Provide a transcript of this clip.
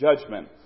judgment